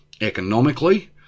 economically